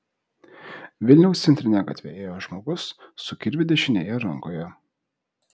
vilniaus centrine gatve ėjo žmogus su kirviu dešinėje rankoje